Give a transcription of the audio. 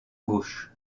gauche